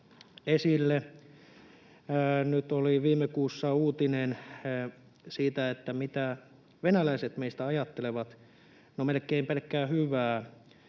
Nyt oli viime kuussa uutinen siitä, mitä venäläiset meistä ajattelevat. No melkein pelkkää hyvää,